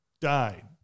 died